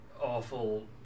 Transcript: awful